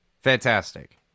Fantastic